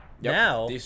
Now